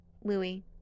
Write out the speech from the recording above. Louis